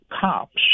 cops